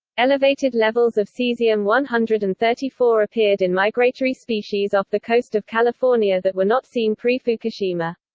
elevated levels of caesium one hundred and thirty four appeared in migratory species off the coast of california that were not seen pre-fukushima.